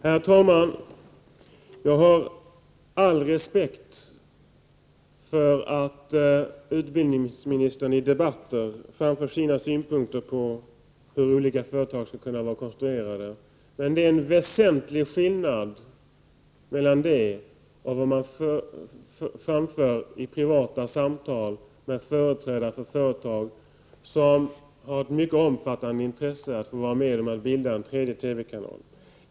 Herr talman! Jag har all respekt för att utbildningsministern i debatter framför sina synpunkter på hur olika företag skall kunna vara konstruerade. Men det är en väsentlig skillnad mellan det och hur man framför synpunkter i privata samtal med företrädare för företag som har ett mycket omfattande intresse av att få vara med och bilda en tredje TV-kanal.